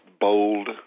bold